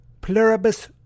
pluribus